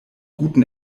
guten